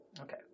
Okay